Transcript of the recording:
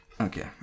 okay